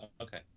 Okay